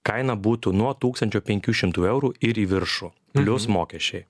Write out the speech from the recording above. kaina būtų nuo tūkstančio penkių šimtų eurų ir į viršų plius mokesčiai